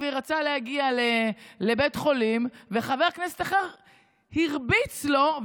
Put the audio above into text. גביר רצה להגיע לבית חולים וחבר הכנסת אחר הרביץ לו,